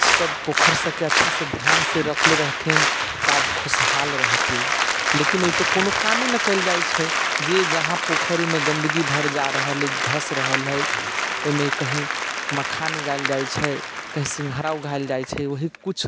सभ पोखरिसभके अच्छासँ ध्यानसँ रखने रहिथिन तऽ आज खुशहाल रहितै लेकिन ओहिपर कोनो कामे नहि कयल जाइत छै जे जहाँ पोखरिमे गन्दगी भरि जा रहल हइ धँसि रहल हइ ओहिमे कहीँ मखान उगाएल जाइत छै कहीँ सिँघारा उगाएल जाइत छै ओही कुछ